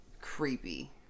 creepy